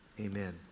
amen